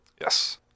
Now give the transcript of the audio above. Yes